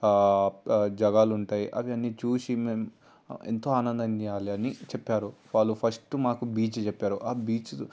జాగాలు ఉంటాయి అవన్నీ చూసి నేను ఎంతో ఆనందం చేయాలి అని చెప్పారు వాళ్ళు ఫస్ట్ మాకు బీచ్ చెప్పారు ఆ బీచ్